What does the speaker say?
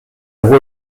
voix